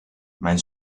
mijn